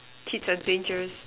kids are dangerous